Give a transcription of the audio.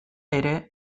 ere